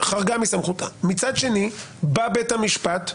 חרגה מסמכותה מצד שני בא בית המשפט,